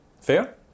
Fair